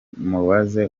mubaze